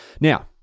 Now